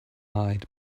eyed